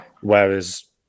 Whereas